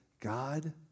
God